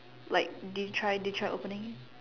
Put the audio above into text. like did you did you try opening it